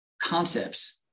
concepts